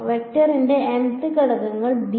വെക്ടറിന്റെ mth ഘടകങ്ങൾ b